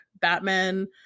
Batman